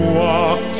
walk